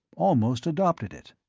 almost adopted it.